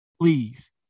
Please